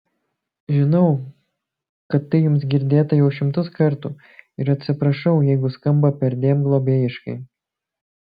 žinau kad tai jums girdėta jau šimtus kartų ir atsiprašau jeigu skamba perdėm globėjiškai